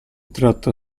tratta